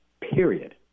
Period